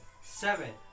Seven